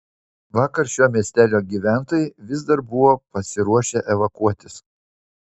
vakar šio miestelio gyventojai vis dar buvo pasiruošę evakuotis